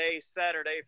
Saturday